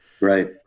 Right